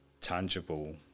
tangible